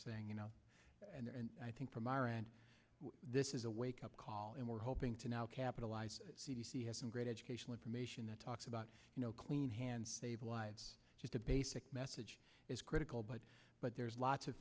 saying you know i think from our end this is a wake up call and we're hoping to now capitalize c d c has some great educational information that talks about you know clean hands save lives just a basic message is critical but but there's lots of